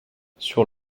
sur